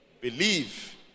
Believe